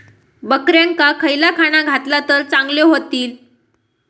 बकऱ्यांका खयला खाणा घातला तर चांगल्यो व्हतील?